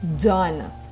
Done